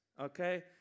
okay